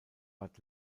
bad